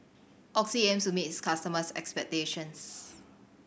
Oxy aims to meet its customers' expectations